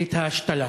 את ההשתלה.